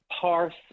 parse